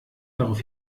darauf